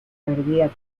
cardíaco